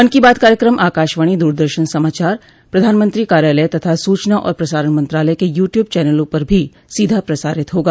मन की बात कार्यक्रम आकाशवाणी दूरदर्शन समाचार प्रधानमंत्री कार्यालय तथा सूचना और प्रसारण मंत्रालय के यूट्यूब चनलों पर भी सीधा प्रसारित होगा